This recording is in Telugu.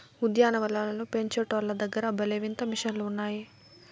ఉద్యాన వనాలను పెంచేటోల్ల దగ్గర భలే వింత మిషన్లు ఉన్నాయే